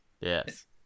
Yes